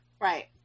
Right